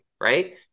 right